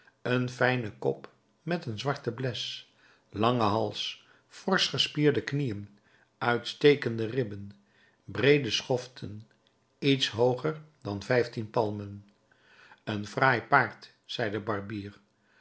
een fijnen kop met een zwarte bles langen hals forsch gespierde knieën uitstekende ribben breede schoften iets hooger dan vijftien palmen een fraai paard zei de barbier